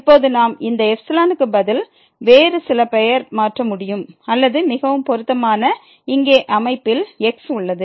இப்போது நாம் இந்த ξ க்கு பதில் வேறு சில பெயர் மாற்ற முடியும் அல்லது மிகவும் பொருத்தமான இங்கே அமைப்பில் x உள்ளது